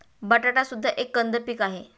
बटाटा सुद्धा एक कंद पीक आहे